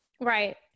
Right